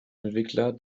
entwickler